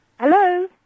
Hello